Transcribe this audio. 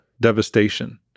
devastation